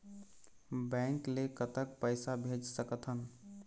Bank ले कतक पैसा भेज सकथन?